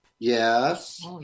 Yes